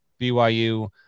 BYU